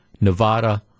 Nevada